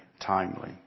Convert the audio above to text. timely